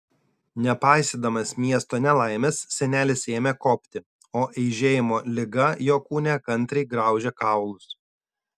nepaisydamas miesto nelaimės senelis ėmė kopti o eižėjimo liga jo kūne kantriai graužė kaulus